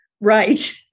Right